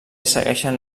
segueixen